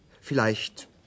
Vielleicht